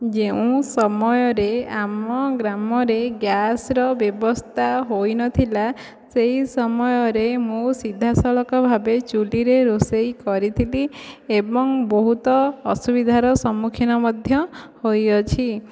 ଯେଉଁ ସମୟରେ ଆମ ଗ୍ରାମରେ ଗ୍ୟାସ୍ର ବ୍ୟବସ୍ଥା ହୋଇନଥିଲା ସେହି ସମୟରେ ମୁଁ ସିଧାସଳଖ ଭାବେ ଚୁଲିରେ ରୋଷେଇ କରିଥିଲି ଏବଂ ବହୁତ ଅସୁବିଧାର ସମ୍ମୁଖୀନ ମଧ୍ୟ ହୋଇଅଛି